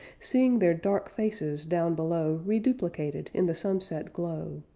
seeing their dark faces down below reduplicated in the sunset glow,